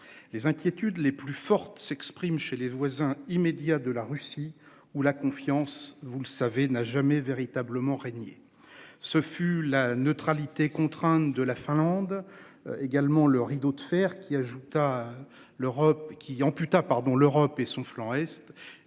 Les inquiétudes les plus fortes s'expriment chez les voisins immédiats de la Russie ou la confiance, vous le savez n'a jamais véritablement régné ce fut la neutralité contrainte de la Finlande. Également le rideau de fer qui ajoute à l'Europe qui ampute